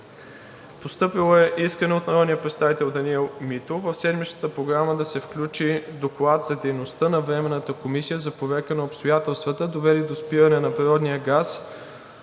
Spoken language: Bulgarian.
Постъпило е искане от народния представител Даниел Митов в седмичната Програма да се включи Доклад за дейността на Временната комисия за проверка на обстоятелствата, довели до спиране на природния газ